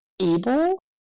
able